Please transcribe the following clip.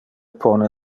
pone